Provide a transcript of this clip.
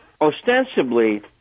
ostensibly